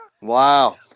Wow